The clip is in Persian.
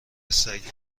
سگه